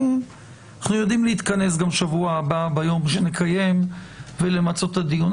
אנחנו יודעים גם להתכנס בשבוע הבא ביום שנקיים ולמצות את הדיון.